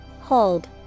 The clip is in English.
Hold